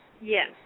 Yes